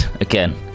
again